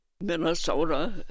Minnesota